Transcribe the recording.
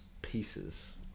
Pieces